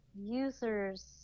users